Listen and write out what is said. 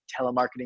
telemarketing